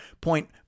point